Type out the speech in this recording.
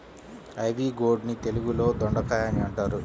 ivy gourd ని తెలుగులో దొండకాయ అని అంటారు